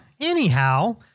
anyhow